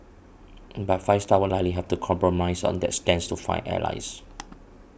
but Five Star would likely have to compromise on that stand to find allies